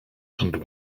and